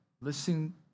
Listen